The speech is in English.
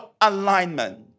alignment